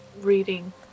reading